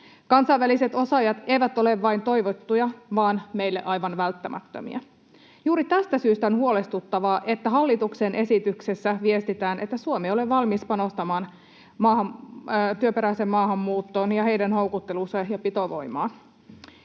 Kansainväliset osaajat eivät ole vain toivottuja vaan meille aivan välttämättömiä. Juuri tästä syystä on huolestuttavaa, että hallituksen esityksessä viestitään, että Suomi ei ole valmis panostamaan työperäiseen maahanmuuttoon ja heidän houkutteluunsa ja pitovoimaan.